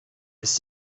ist